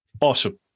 Awesome